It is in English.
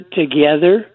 together